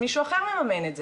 מישהו אחר מממן את זה,